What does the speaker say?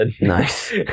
Nice